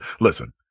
listen